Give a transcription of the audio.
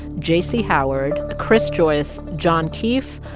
j c. howard, chris joyce, john keefe,